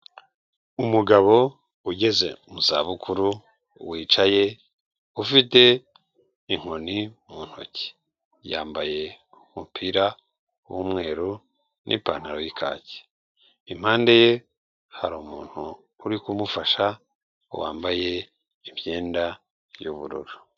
Umugabo ugeze mu za bukuru, wicaye ufite inkoni mu ntoki, yambaye umupira w'umweru n'ipantaro y'ikake, impande ye hari umuntu uri kumufasha wambaye imyenda y'ubururu.